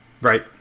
Right